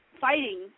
fighting